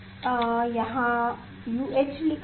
यह यहाँ UH लिखा है